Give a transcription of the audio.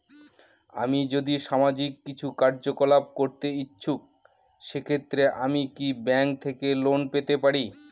আমি যদি সামাজিক কিছু কার্যকলাপ করতে ইচ্ছুক সেক্ষেত্রে আমি কি ব্যাংক থেকে লোন পেতে পারি?